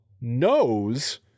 knows